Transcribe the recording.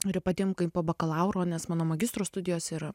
ir ypatingai po bakalauro nes mano magistro studijos ir